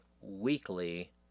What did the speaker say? weekly